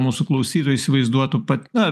mūsų klausytojai įsivaizduotų pat na